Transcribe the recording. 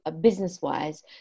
business-wise